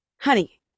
Honey